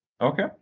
okay